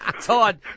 Todd